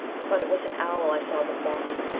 but it was an owl i saw before me.